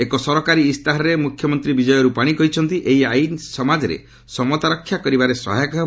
ଏକ ସରକାରୀ ଇସ୍ତାହାରରେ ମୁଖ୍ୟମନ୍ତ୍ରୀ ବିଜୟ ର୍ପାନୀ କହିଛନ୍ତି ଏହି ଆଇନ୍ ସମାଜରେ ସମତା ରକ୍ଷା କରିବାରେ ସହାୟକ ହେବ